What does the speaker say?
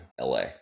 LA